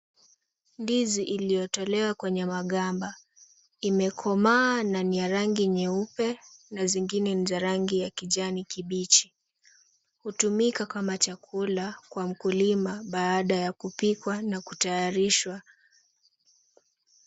Ndizi iliyotolewa kwenye magamba, imekomaa na ni ya rangi nyeupe na zingine ni za rangi ya kijani kibichi. Hutumika kama chakula kwa mkulima baada ya kupikwa na kutayarishwa.